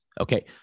Okay